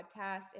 podcast